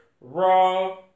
Raw